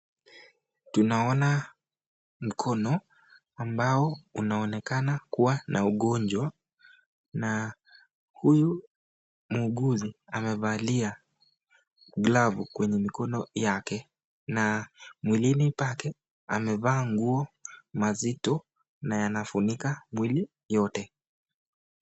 Tunaona mkono ambao inaonekana kuwa na ugonjwa na huyu muuguzi amevalia glavu kwenye mkono yake na mwilini pake amevaa nguo mazito yanafunika mwili yote.